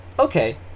okay